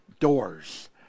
doors